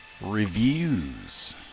reviews